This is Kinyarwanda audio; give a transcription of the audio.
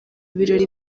birori